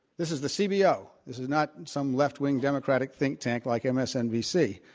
this is the cbo, this is not some leftwing democratic think tank like msnbc.